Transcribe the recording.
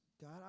God